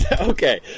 Okay